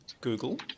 Google